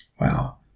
Wow